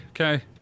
okay